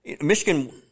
Michigan –